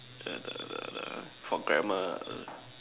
err the the the for grammar